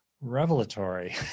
revelatory